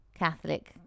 Catholic